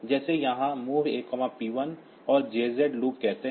जैसे यहाँ MOV A P1 और JZ लूप कहते हैं